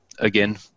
Again